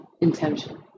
intention